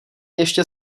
ještě